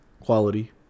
quality